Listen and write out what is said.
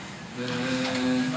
תשובות.